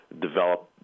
develop